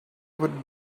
would